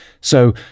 So